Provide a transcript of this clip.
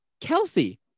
Kelsey